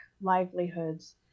livelihoods